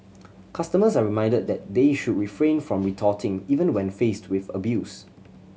customers are reminded that they should refrain from retorting even when faced with abuse